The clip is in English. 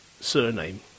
surname